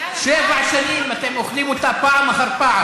שבע שנים אתם אוכלים אותה פעם אחר פעם.